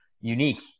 unique